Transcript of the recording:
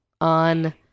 on